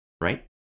right